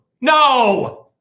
no